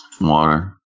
Water